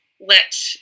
let